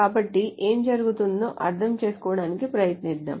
కాబట్టి ఏమి జరుగుతుందో అర్థం చేసుకోవడానికి ప్రయత్నిద్దాం